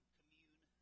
commune